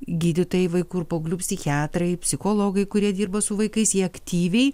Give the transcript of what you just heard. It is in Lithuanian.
gydytojai vaikų ir paauglių psichiatrai psichologai kurie dirba su vaikais jie aktyviai